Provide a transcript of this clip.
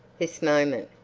this moment,